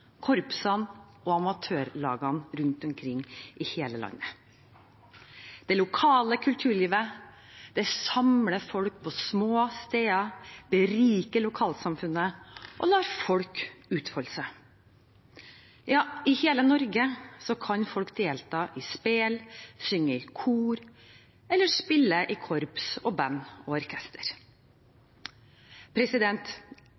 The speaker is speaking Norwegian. korpsene og amatørlagene rundt omkring i hele landet. Det lokale kulturlivet samler folk på små steder, beriker lokalsamfunnet og lar folk utfolde seg. Ja, i hele Norge kan folk delta i spel, synge i kor eller spille i korps, band og